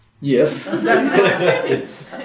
yes